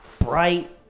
bright